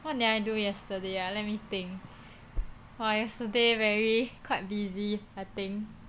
what did I do yesterday ah let me think !wah! yesterday very quite busy I think